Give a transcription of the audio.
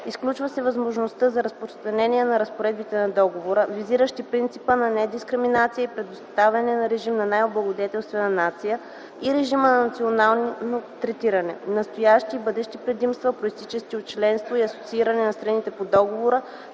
изключва се възможността за разпространение на разпоредбите на договора, визиращи принципа на недискриминация и предоставяне на режима на най–облагодетелствана нация и режима на национално третиране, настоящи и бъдещи предимства, произтичащи от членство и асоцииране на страните по договора